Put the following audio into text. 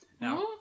Now